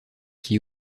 qui